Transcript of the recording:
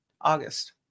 August